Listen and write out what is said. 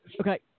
Okay